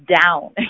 down